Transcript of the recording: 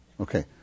Okay